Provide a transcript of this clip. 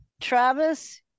Travis